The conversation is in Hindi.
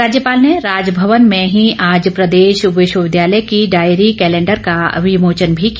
राज्यपाल ने राजभवन में ही आज प्रदेश विश्वविद्यालय की डायरी कैलेंडर का विमोचन भी किया